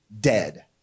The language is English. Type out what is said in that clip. dead